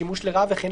שימוש לרעה וכן,